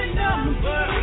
number